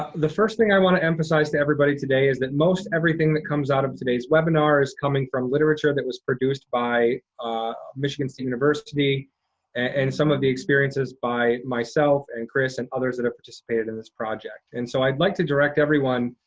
the first thing i wanna emphasize to everybody today is that most everything that comes out of today's webinar is coming from literature that was produced by michigan state university and some of the experiences by myself and kris and others that have participated in this project. and so i'd like to direct everyone,